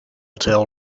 tell